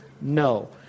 No